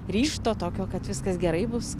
ryžto tokio kad viskas gerai bus